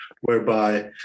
whereby